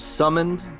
summoned